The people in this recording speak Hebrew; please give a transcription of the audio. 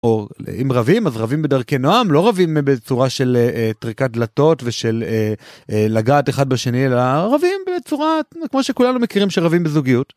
אם רבים אז רבים בדרכי נועם לא רבים בצורה של טריקת דלתות ושל לגעת אחד בשני אלה רבים בצורה כמו שכולנו מכירים שרבים בזוגיות.